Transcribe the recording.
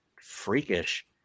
freakish